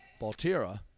Baltira